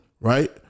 right